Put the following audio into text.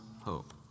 hope